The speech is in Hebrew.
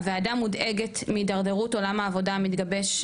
הוועדה מודאגת מהתדרדרות עולה בעולם המתגבש,